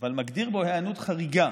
אבל מגדיר בו היענות חריגה.